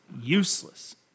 useless